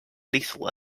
lethal